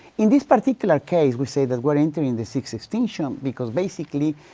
in this particular case, we say that we're entering the sixth extinction, because basically,